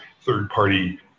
third-party